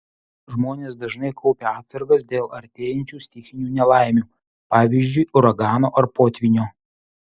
žmonės dažnai kaupia atsargas dėl artėjančių stichinių nelaimių pavyzdžiui uragano ar potvynio